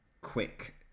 quick